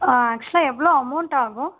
ஆ ஆக்சுவலாக எவ்வளோ அமௌண்ட் ஆகும்